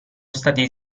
stati